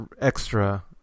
extra